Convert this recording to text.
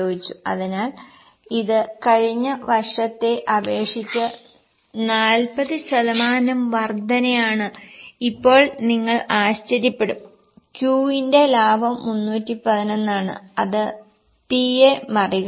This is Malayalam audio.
അതിനാൽ ഇത് കഴിഞ്ഞ വർഷത്തെ അപേക്ഷിച്ച് 40 ശതമാനം വർദ്ധനയാണ് ഇപ്പോൾ നിങ്ങൾ ആശ്ചര്യപ്പെടും Q ന്റെ ലാഭം 311 ആണ് അത് P യെ മറികടന്നു